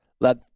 Let